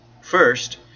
first